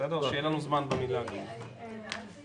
איתי הסביר